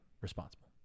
responsible